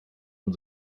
man